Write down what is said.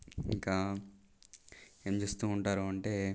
ఇంకా ఏం చేస్తూ ఉంటారు అంటే